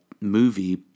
movie